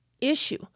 issue